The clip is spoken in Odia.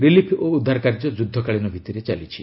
ରିଲିଫ୍ ଓ ଉଦ୍ଧାର କାର୍ଯ୍ୟ ଯୁଦ୍ଧକାଳୀନ ଭିତ୍ତିରେ ଚାଲିଛି